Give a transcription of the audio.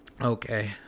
Okay